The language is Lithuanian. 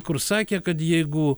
kur sakė kad jeigu